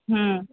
हम्म